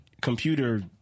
computer